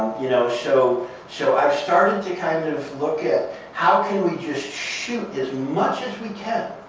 you know so so i've started to kind of look at how can we just shoot as much as we can,